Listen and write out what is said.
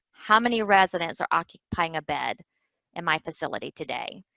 how many residents are occupying a bed in my facility today?